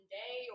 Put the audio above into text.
day